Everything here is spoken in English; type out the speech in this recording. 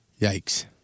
Yikes